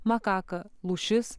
makaka lūšis